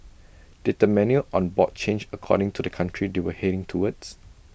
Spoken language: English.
did the menu on board change according to the country they were heading towards